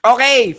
Okay